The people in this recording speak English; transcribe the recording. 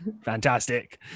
fantastic